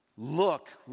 Look